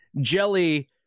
Jelly